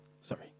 Sorry